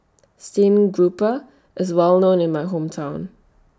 Steamed Grouper IS Well known in My Hometown